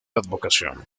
advocación